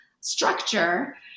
Structure